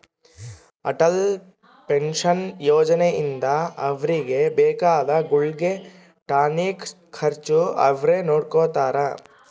Atal pension ಯೋಜನೆ ಇಂದ ಅವ್ರಿಗೆ ಬೇಕಾದ ಗುಳ್ಗೆ ಟಾನಿಕ್ ಖರ್ಚು ಅವ್ರೆ ನೊಡ್ಕೊತಾರ